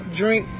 drink